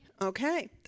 Okay